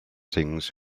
things